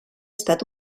estat